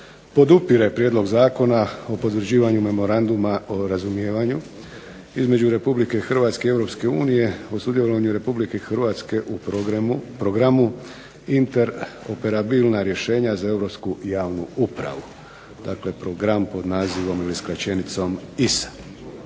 podupire Prijedlog zakona o potvrđivanju memoranduma o razumijevanju između Republike Hrvatske i Europske unije o sudjelovanju Republike Hrvatske u Programu interoperabilna rješenja za europsku javnu upravu. Dakle, program pod nazivom ili skraćenicom ISA.